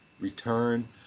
return